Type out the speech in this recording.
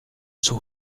sus